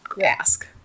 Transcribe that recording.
ask